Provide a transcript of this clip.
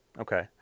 Okay